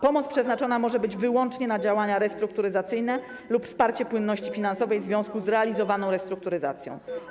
Pomoc przeznaczona może być wyłącznie na działania restrukturyzacyjne lub wsparcie płynności finansowej w związku z realizowaną restrukturyzacją.